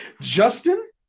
Justin